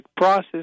process